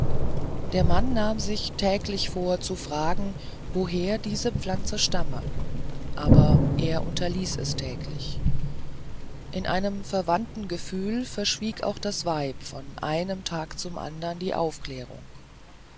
der mann nahm sich täglich vor zu fragen woher diese pflanze stamme aber er unterließ es täglich in einem verwandten gefühl verschwieg auch das weib von einem tag zum andern die aufklärung